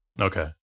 okay